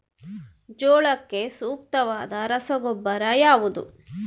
ಜೋಳಕ್ಕೆ ಸೂಕ್ತವಾದ ರಸಗೊಬ್ಬರ ಯಾವುದು?